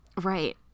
Right